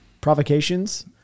provocations